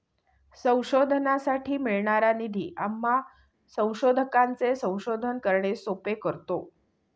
संशोधनासाठी मिळणारा निधी आम्हा संशोधकांचे संशोधन करणे सोपे करतो